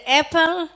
apple